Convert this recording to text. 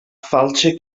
fáilte